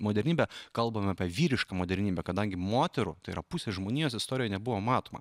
modernybę kalbam apie vyrišką modernybę kadangi moterų tai yra pusė žmonijos istorija nebuvo matoma